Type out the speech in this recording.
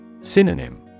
Synonym